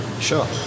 Sure